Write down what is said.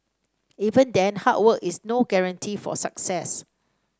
even then hard work is no guarantee of success